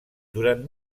durant